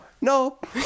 nope